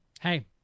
hey